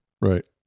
Right